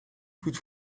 goed